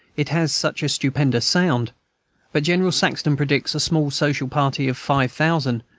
it has such a stupendous sound but general saxton predicts a small social party of five thousand,